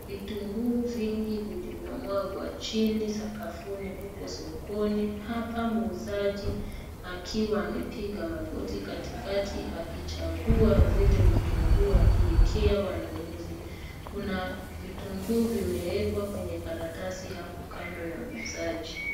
Vitunguu vingi vilivyomwagwa chini sakafuni huko sokoni. Hapa muuzaji akiwa amepiga magoti katikati akichagua zile vitunguu akiwekea wanunuzi. Kuna vitunguu vimewekwa kwenye karatasi hapo kando ya muuzaji.